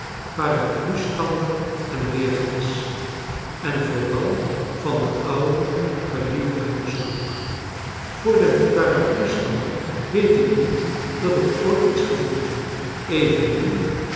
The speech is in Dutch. paraplustander en weerglas en vooral van de oude geliefde huisklok voor den paraplustander weet ik niet dat ik ooit iets gevoeld heb evenmin